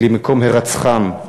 למקום הירצחם.